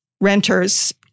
renters